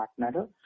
partner